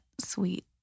sweet